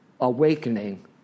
awakening